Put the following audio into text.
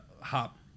...hop